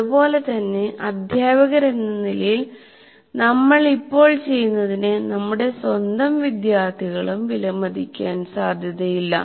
അതുപോലെ തന്നെ അധ്യാപകരെന്ന നിലയിൽ നമ്മൾ ഇപ്പോൾ ചെയ്യുന്നതിനെ നമ്മുടെ സ്വന്തം വിദ്യാർത്ഥികളും വിലമതിക്കാൻ സാധ്യതയില്ല